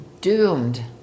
doomed